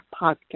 podcast